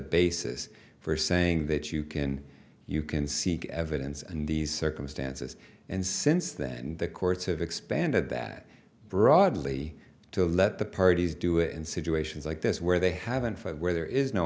basis for saying that you can you can seek evidence and these circumstances and since then the courts have expanded that broadly to let the parties do it in situations like this where they haven't filed where there is no